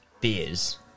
beers